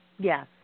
Yes